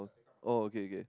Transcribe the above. oh okay okay